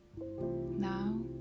Now